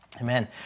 Amen